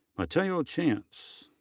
mateo chance.